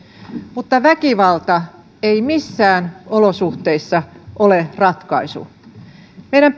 mutta väkivalta ei missään olosuhteissa ole ratkaisu meidän